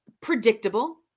Predictable